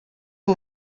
que